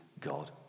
God